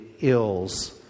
ills